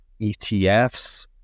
ETFs